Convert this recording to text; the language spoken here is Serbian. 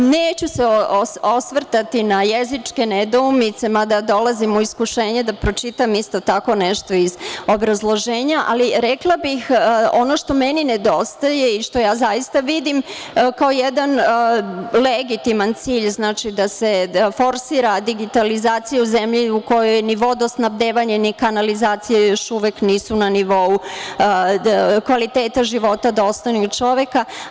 Neću se osvrtati na jezičke nedoumice, mada dolazim u iskušenje da pročitam isto tako nešto iz obrazloženja, ali rekla bih, ono što mi nedostaje i što zaista vidim kao jedan legitiman cilj da se forsira digitalizacija u zemlji u kojoj ni vodosnabdevanje, ni kanalizacija još uvek nisu na nivou kvaliteta života dostojnog čoveka.